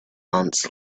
ants